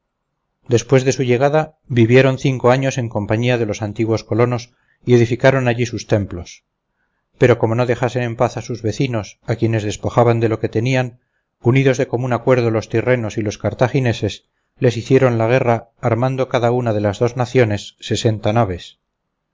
después de su llegada vivieron cinco años en compañía de los antiguos colonos y edificaron allí sus templos pero como no dejasen en paz a sus vecinos a quienes despojaban de lo que tenían unidos de común acuerdo los tyrrenos y los cartagineses les hicieron la guerra armando cada una de las dos naciones sesenta naves